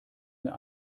mir